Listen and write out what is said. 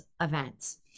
events